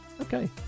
Okay